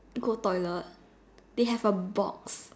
go toilet they have a box